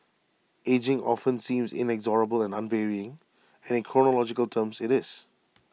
ageing often seems inexorable and unvarying and in chronological terms IT is